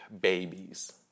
Babies